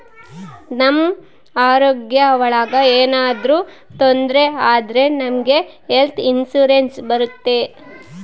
ನಮ್ ಆರೋಗ್ಯ ಒಳಗ ಏನಾದ್ರೂ ತೊಂದ್ರೆ ಆದ್ರೆ ನಮ್ಗೆ ಹೆಲ್ತ್ ಇನ್ಸೂರೆನ್ಸ್ ಬರುತ್ತೆ